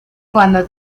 cuando